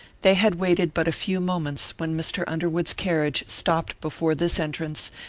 they had waited but a few moments when mr. underwood's carriage stopped before this entrance,